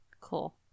Cool